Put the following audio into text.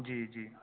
جی جی